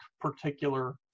particular